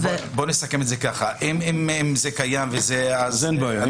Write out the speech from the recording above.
בוא נסכם שאם זה קיים --- אם זה קיים אז אין בעיה,